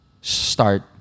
start